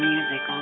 Music